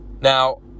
Now